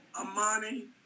Amani